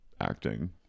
acting